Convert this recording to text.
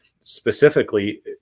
specifically